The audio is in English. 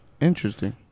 Interesting